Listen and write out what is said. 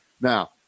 now